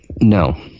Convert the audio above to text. No